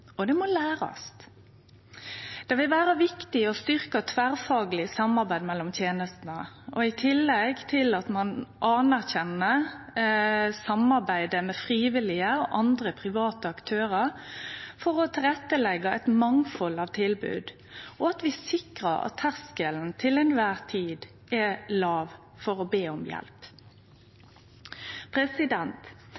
og det må lærast. Det vil vere viktig å styrkje tverrfagleg samarbeid mellom tenestene, i tillegg til at ein anerkjenner samarbeidet med frivillige og andre private aktørar for å leggje til rette for eit mangfald av tilbod, og at vi sikrar at terskelen for å be om hjelp til kvar tid er